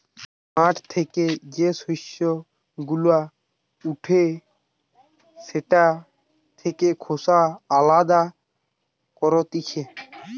মাঠ থেকে যে শস্য গুলা উঠে সেটা থেকে খোসা আলদা করতিছে